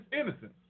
innocence